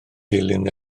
dilyn